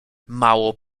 mało